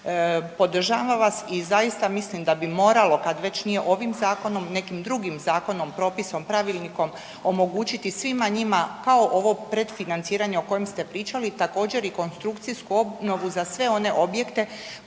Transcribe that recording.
Podržavam vas i zaista mislim da bi moralo kad već nije ovim zakonom, nekim drugim zakonom, propisom, pravilnikom omogućiti svima njima kao ovo predfinanciranje o kojem ste pričali. Također i konstrukcijsku obnovu za sve one objekte